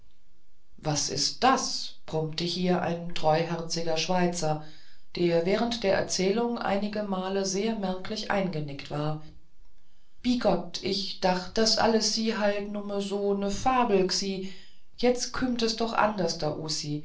was ist das brummte hier ein treuherziger schweizer der während der erzählung einigemal sehr merklich eingenickt war bi gott ich dacht das alles si halt numme so ne fabel g'si jetzt chümmt es doch anderster